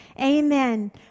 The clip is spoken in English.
Amen